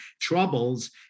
troubles